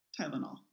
Tylenol